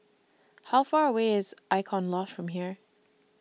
How Far away IS Icon Loft from here